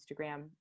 Instagram